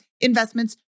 investments